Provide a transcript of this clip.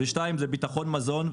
השני, ביטחון מזון.